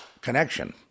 connection